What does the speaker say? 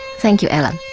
thank you, alan.